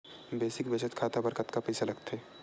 Basic बचत खाता बर कतका पईसा लगथे?